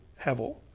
Hevel